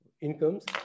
incomes